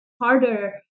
harder